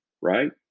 right